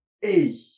Hey